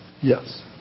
Yes